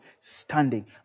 standing